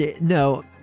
no